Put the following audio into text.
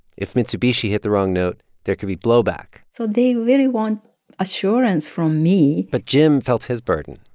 if mitsubishi hit the wrong note, there could be blowback so they really want assurance from me but jim felt his burden,